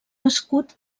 escut